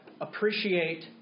appreciate